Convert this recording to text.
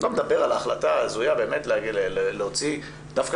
אני לא מדבר על ההחלטה ההזויה באמת להוציא דווקא